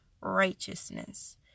righteousness